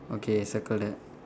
okay circle that